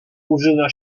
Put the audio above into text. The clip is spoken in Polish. używa